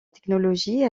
technologie